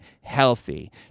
healthy